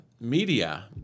media